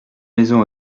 maisons